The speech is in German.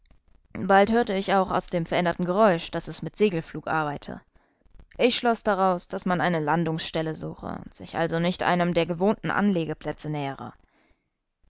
bald hörte ich auch aus dem veränderten geräusch daß es mit segelflug arbeite ich schloß daraus daß man eine landungsstelle suche und sich also nicht einem der gewohnten anlegeplätze nähere